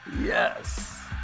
Yes